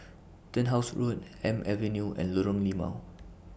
Turnhouse Road Elm Avenue and Lorong Limau